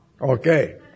Okay